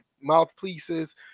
mouthpieces